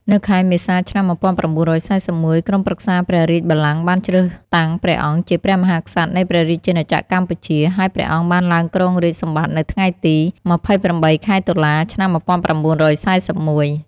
នៅខែមេសា ឆ្នាំ១៩៤១ ក្រុមប្រឹក្សាព្រះរាជបល្ល័ង្កបានជ្រើសតាំងព្រះអង្គជាព្រះមហាក្សត្រនៃព្រះរាជាណាចក្រកម្ពុជា ហើយព្រះអង្គបានឡើងគ្រងរាជសម្បត្តិនៅថ្ងៃទី២៨ ខែតុលា ឆ្នាំ១៩៤១។